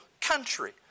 country